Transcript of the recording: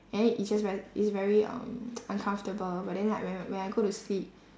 and then it's just very it's very um uncomfortable but then like when I when I go to sleep